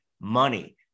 money